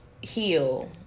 heal